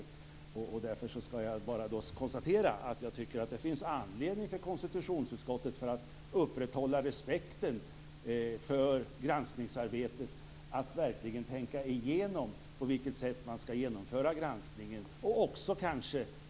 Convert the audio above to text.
För att upprätthålla respekten för granskningsarbetet tycker jag att det finns anledning för konstitutionsutskottet att verkligen tänka igenom på vilket sätt som man skall genomföra granskningen.